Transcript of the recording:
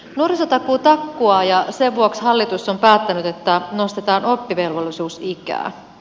nuorisotakuu takkuaa ja sen vuoksi hallitus on päättänyt että nostetaan oppivelvollisuus ikää